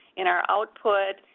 in our output,